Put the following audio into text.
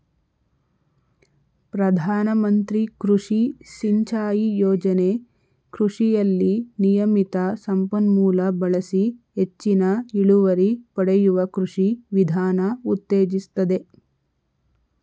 ಪ್ರಧಾನಮಂತ್ರಿ ಕೃಷಿ ಸಿಂಚಾಯಿ ಯೋಜನೆ ಕೃಷಿಯಲ್ಲಿ ನಿಯಮಿತ ಸಂಪನ್ಮೂಲ ಬಳಸಿ ಹೆಚ್ಚಿನ ಇಳುವರಿ ಪಡೆಯುವ ಕೃಷಿ ವಿಧಾನ ಉತ್ತೇಜಿಸ್ತದೆ